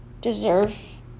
deserve